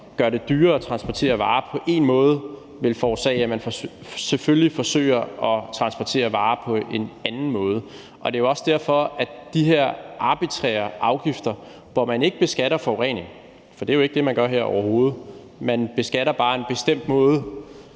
gør det dyrere at transportere varer på én måde, vil forårsage, at man selvfølgelig forsøger at transportere varer på en anden måde. Det er jo også derfor, at de her arbitrære afgifter, hvor man ikke beskatter forurening – for det er jo overhovedet ikke det, man gør her; man beskatter bare en bestemt måde